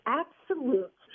absolute